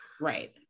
right